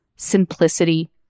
Simplicity